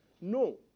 No